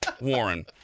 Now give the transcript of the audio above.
Warren